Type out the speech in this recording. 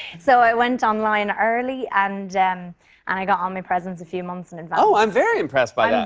so, i went online early and um and i got all my presents a few months and in advance. oh, i'm very impressed by that.